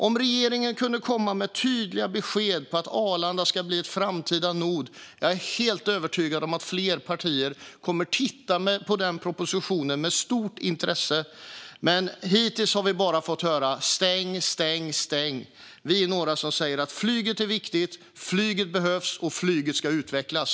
Om regeringen kunde komma med en proposition med tydliga besked om att Arlanda ska bli en framtida nod är jag helt övertygad om att fler partier skulle titta på den med stort intresse. Men hittills har vi bara fått höra: Stäng, stäng, stäng! Vi är några som säger: Flyget är viktigt, flyget behövs och flyget ska utvecklas.